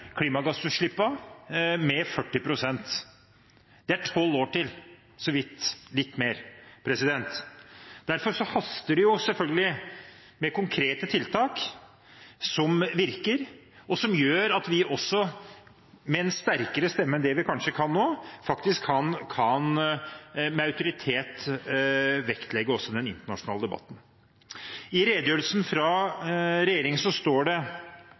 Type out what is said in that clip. klimagassutslippene med 40 pst. Det er tolv år til, så vidt litt mer. Derfor haster det selvfølgelig med konkrete tiltak som virker, og som gjør at vi også med en sterkere stemme enn det vi kanskje kan nå, med autoritet kan vektlegge også den internasjonale debatten. I redegjørelsen fra regjeringen som har kommet til komiteen, og som er datert 27. april 2017, står det: